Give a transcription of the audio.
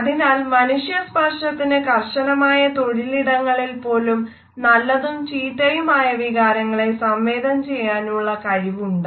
അതിനാൽ മനുഷ്യ സ്പർശനത്തിനു കർശനമായ തൊഴിലിടങ്ങളിൽ പോലും നല്ലതും ചീത്തയുമായ വികാരങ്ങളെ സംവേദനം ചെയ്യുവാനുള്ള കഴിവുണ്ട്